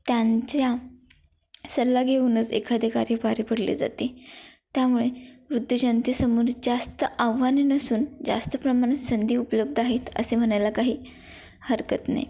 त्यांच्या सल्ला घेऊनच एखादे कार्य पार पाडले जाते त्यामुळे वृद्ध जनतेसमोर जास्त आव्हानं नसून जास्त प्रमाणात संधी उपलब्ध आहेत असे म्हणायला काही हरकत नाही